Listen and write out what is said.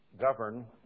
govern